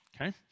Okay